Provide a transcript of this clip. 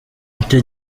icyo